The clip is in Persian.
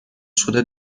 شده